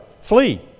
flee